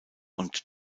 und